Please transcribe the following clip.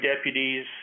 deputies